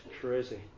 crazy